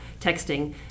texting